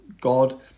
God